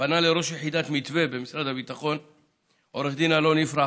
פנה לראש יחידת מתווה במשרד הביטחון עו"ד אלון יפרח,